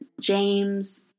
James